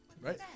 right